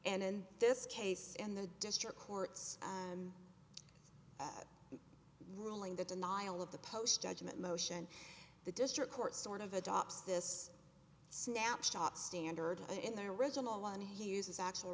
and in this case in the district courts and at ruling the denial of the post judgment motion the district court sort of adopts this snapshot standard in their original one he uses actual